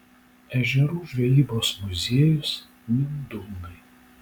ežerų žvejybos muziejus mindūnai